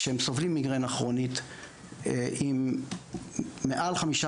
כשהם סובלים ממיגרנה כרונית עם מעל 15